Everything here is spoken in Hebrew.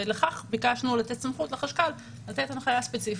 ולכך ביקשנו לתת סמכות לחשכ"ל לתת הנחיה ספציפית.